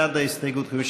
בעד ההסתייגות,